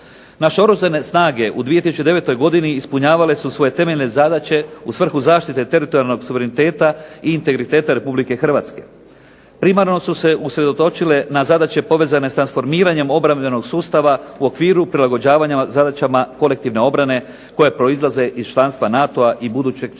Naše Oružane snage u 2009. godini ispunjavale su svoje temeljne zadaće u svrhu zaštite teritorijalnog suvereniteta, integriteta Republike Hrvatske. Primarno su se usredotočile na zadaće povezane sa transformiranjem obrambenog sustava u okviru prilagođavanja zadaćama kolektivne obrane koje proizlaze iz članstva NATO-a i budućeg članstva